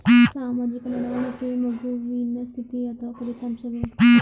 ಸಾಮಾಜಿಕ ನಡವಳಿಕೆಯು ಮಗುವಿನ ಸ್ಥಿತಿಯೇ ಅಥವಾ ಫಲಿತಾಂಶವೇ?